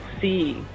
see